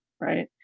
right